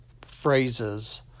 phrases